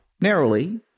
narrowly